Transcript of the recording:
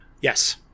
Yes